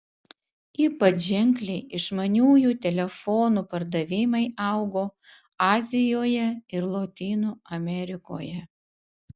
ypač ženkliai išmaniųjų telefonų pardavimai augo azijoje ir lotynų amerikoje